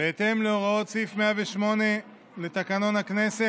בהתאם להוראות סעיף 108 לתקנון הכנסת,